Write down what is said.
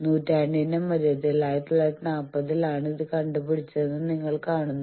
നൂറ്റാണ്ടിന്റെ മധ്യത്തിൽ 1940 ൽ ആണ് ഇത് കണ്ടുപിടിച്ചതെന്ന് നിങ്ങൾ കാണുന്നു